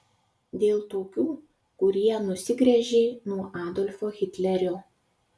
dėl tokių kurie nusigręžė nuo adolfo hitlerio